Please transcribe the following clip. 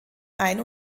ein